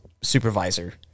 supervisor